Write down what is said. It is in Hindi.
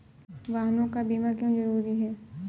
वाहनों का बीमा क्यो जरूरी है?